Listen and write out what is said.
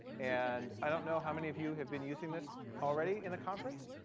and i don't know how many of you have been using this already in the conference.